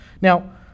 Now